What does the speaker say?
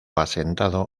asentado